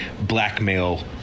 blackmail